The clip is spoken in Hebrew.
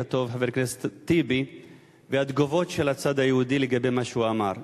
הטוב חבר הכנסת טיבי והתגובות של הצד היהודי לגבי מה שהוא אמר.